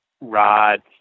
rod